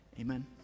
Amen